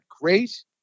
great